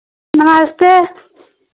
नमस्ते